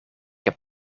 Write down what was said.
heb